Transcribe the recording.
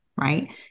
right